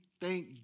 Thank